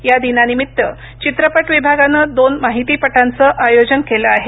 या दिनानिमित्त चित्रपट विभागानं दोन माहितीपटांचं आयोजन केलं आहे